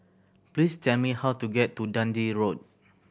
please tell me how to get to Dundee Road